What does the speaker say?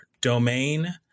domain